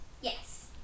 Yes